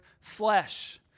flesh